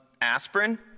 aspirin